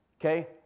Okay